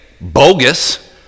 bogus